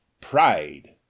Pride